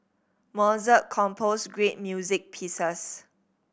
Mozart composed great music pieces